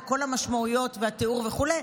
על כל המשמעויות והתיאור וכו',